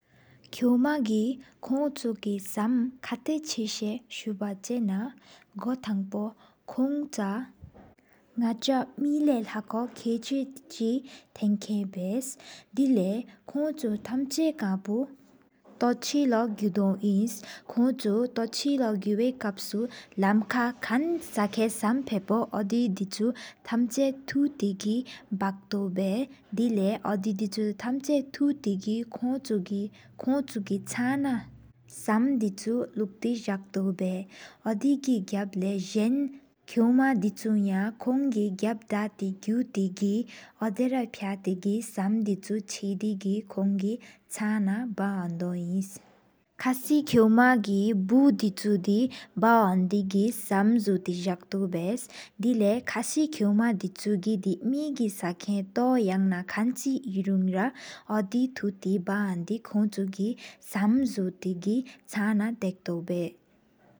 ཁོ་མ གི་ཁོང་ཆུ་གི་སམ་ཁ་ཐ་ཆེ་བ་སུ་ན། གོ་ཐངཔོ་ཀོང་ཆ་ནག་ཆ་མེ་ལས་ལེགས་པོ། ཁེ་ཆི་གཅིག་ཐངེན་བས་ལེགས་ལས། ཀོང་ཆུ་ཐམ་ཆ་དཀངས་པོ་ཏོ་ཆེ་ལོ་གོ་དངུག ཨིན། ཀོང་ཆུ་ཏོའ་ཆེ་ལོ་གོ་པ་ཀབས་དུར་ལམ་ཀྱ་ནོ། ཁན་ས་ཀན་སམ་ས་ལ།དོ་ར་དི་དགོས་ཤིན་ཆུ་ཚམ་ཆ། ཐུགས་དི་བ་གྲོ་འདྲོ་མ་རོ་།འོ་དི་བརྩ་ཁོང༌། ཐམ་ཆ་ཐུགས་ཀྱ་ཡ་སའ་བས་ཅོ་ཟུར།ཅེས་བཅོ་བར་ཀང་ར། སམ་ཆུ་ཡ་རལ་བཞི་ཀང་བོ་བར་ན། ཡ་དུ་གི་གང་རི་ཟན་རྒང་ཀོ་ར་གཙ་ཅེས་འདི་ལཾ་ངུང་། ཀོང་གི་གང་དགཱ་བ་བཞི་གཉ྆་དགི་གོང་རྗོང་། ཡོ་ས་ན་འདྲལ་ཁེ་ཆེ་ར་ཀར་ཆུ་དར་ཆེ་གང་རོ་ལོ། ཁམ་ར་བཀ་བ་དི་ཨིན། ཁ་ཏའ་ལ་ཁོ་མཱ་ཀི་བཀལ་ཆུ་བཀ་ཨིན་དག་ང༌གིར། སམ་ཛ་དི་ཀ་ཇ་བར་མ་ལེགས་ལས། ཁ་ཏདྷ་ས་ཏཱ་དཀོན་མ་ཀི་མེ་གི་ཟངས་ཀྱ་ཌྷུའ་ཨཱ་ཌྷེ་ནོ། ཁོ་ན་སྐྱེམས་དཔུ་འཆ་མ་དག་སྐྲ་ནམ་འཛོལ་ནང་དམ་ཆེ་ཤོས་མང་ཞར་དེ་མ་སྐམ་དར་མོ། སམ་ཛ་གི་ལད་དཔར་མཇི་ནང་ཏོ་དེ་ལགྷ་ལོ།